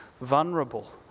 vulnerable